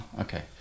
okay